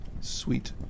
sweet